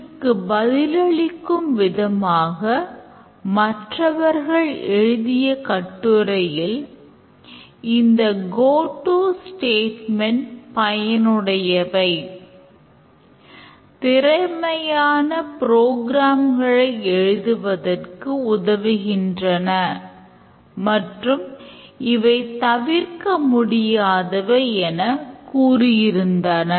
இதற்கு பதிலளிக்கும் விதமாக மற்றவர்கள் எழுதிய கட்டுரையில் இந்த கோ ட்டு ஸ்டேட்மெண்ட் எழுதுவதற்கு உதவுகின்றன மற்றும் அவை தவிர்க்க முடியாதவை என கூறியிருந்தனர்